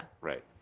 Right